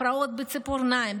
הפרעות בציפורניים,